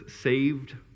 saved